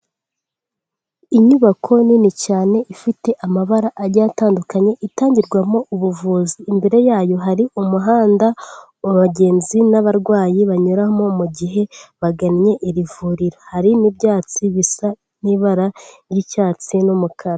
Inyubako nini cyane ifite amabara ajyiye atandukanye, itangirwamo ubuvuzi, imbere yayo hari umuhanda abagenzi n'abarwayi banyuramo mu gihe bagannye iri vuriro. Hari n'ibyatsi bisa n'ibara ry'icyatsi n'umukara.